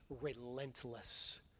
relentless